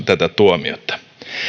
tätä tuomiota